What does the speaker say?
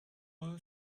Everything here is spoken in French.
eux